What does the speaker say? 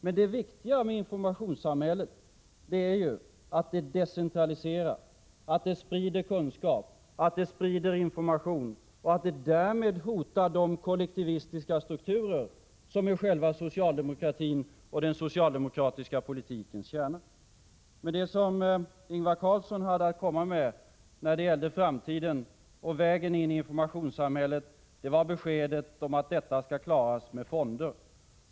Men det viktiga med informationssamhället är att det är decentraliserat, att det sprider kunskap och information och att det därmed hotar de kollektivistiska strukturer som är själva socialdemokratins och den socialdemokratiska politikens kärna. Men vad Ingvar Carlsson hade att säga om framtiden och vägen in i informationssamhället var beskedet att detta skall klaras med fonder.